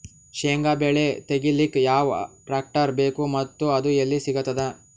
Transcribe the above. ಶೇಂಗಾ ಬೆಳೆ ತೆಗಿಲಿಕ್ ಯಾವ ಟ್ಟ್ರ್ಯಾಕ್ಟರ್ ಬೇಕು ಮತ್ತ ಅದು ಎಲ್ಲಿ ಸಿಗತದ?